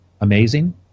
amazing